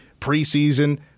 preseason